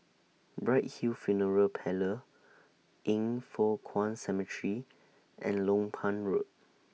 Bright Hill Funeral Parlour Yin Foh Kuan Cemetery and Lompang Road